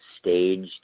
staged